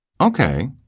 Okay